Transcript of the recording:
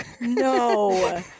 no